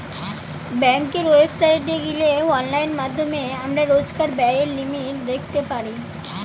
বেংকের ওয়েবসাইটে গিলে অনলাইন মাধ্যমে আমরা রোজকার ব্যায়ের লিমিট দ্যাখতে পারি